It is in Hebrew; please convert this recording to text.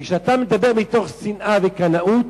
כשאתה מדבר מתוך שנאה וקנאות,